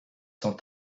sans